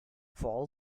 fall